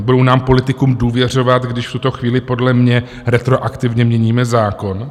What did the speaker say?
Budou nám politikům důvěřovat, když v tuto chvíli podle mě retroaktivně měníme zákon?